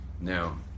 Now